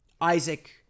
Isaac